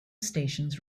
stations